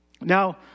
Now